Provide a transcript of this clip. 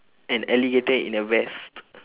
an alligator in a vest